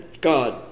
God